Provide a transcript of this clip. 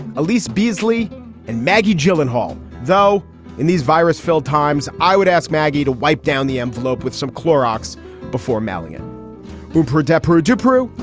elise beasley and maggie gyllenhaal though in these virus filled times i would ask maggie to wipe down the envelope with some clorox before malika cooper desperate to prove.